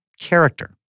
character